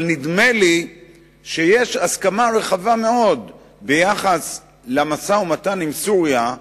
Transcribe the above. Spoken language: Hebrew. אבל נדמה לי שיש הסכמה רחבה מאוד ביחס למשא-ומתן עם סוריה,